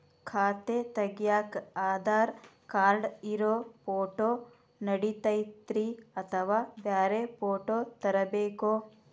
ಖಾತೆ ತಗ್ಯಾಕ್ ಆಧಾರ್ ಕಾರ್ಡ್ ಇರೋ ಫೋಟೋ ನಡಿತೈತ್ರಿ ಅಥವಾ ಬ್ಯಾರೆ ಫೋಟೋ ತರಬೇಕೋ?